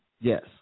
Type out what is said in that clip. Yes